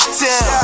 down